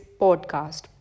podcast